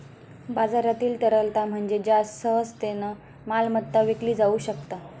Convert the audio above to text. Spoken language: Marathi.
बाजारातील तरलता म्हणजे ज्या सहजतेन मालमत्ता विकली जाउ शकता